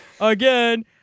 again